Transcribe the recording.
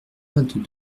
vingt